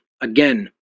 again